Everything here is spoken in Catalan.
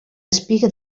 espiga